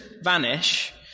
vanish